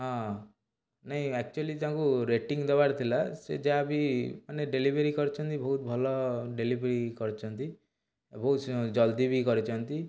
ହଁ ନାଇ ଏକ୍ଚୌଲି ତାଙ୍କୁ ରେଟିଙ୍ଗ୍ ଦେବାର ଥିଲା ସେ ଯାହାବି ମାନେ ଡେଲିଭେରୀ କରିଛନ୍ତି ବହୁତ ଭଲ ଡେଲିଭରୀ କରିଛନ୍ତି ବହୁତ ଜଲ୍ଦି ବି କରିଛନ୍ତି